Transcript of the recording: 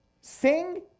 sing